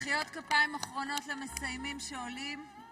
מחיאות כפיים אחרונות למסיימים שעולים